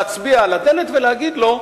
להצביע על הדלת ולהגיד לו: